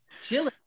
Chilling